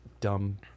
dumb